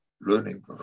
learning